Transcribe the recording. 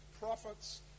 prophets